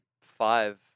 five